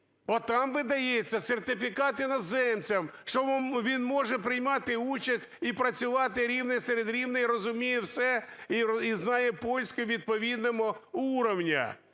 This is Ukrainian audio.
отам видається сертифікат іноземцям, що він може приймати участь і працювати рівний серед рівних, розуміє все і знає польську відповідного уровня.